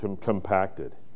compacted